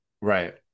Right